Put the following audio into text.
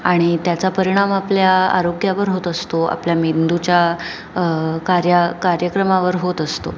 आणि त्याचा परिणाम आपल्या आरोग्यावर होत असतो आपल्या मेंदूच्या कार्य कार्यक्रमावर होत असतो